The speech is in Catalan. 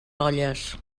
olles